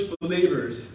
believers